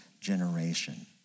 generation